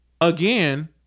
again